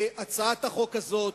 הצעת החוק הזאת